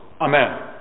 Amen